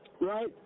Right